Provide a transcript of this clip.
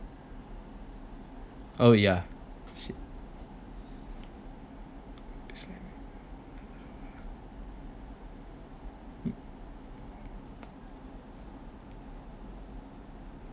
oh yeah